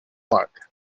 park